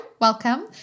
welcome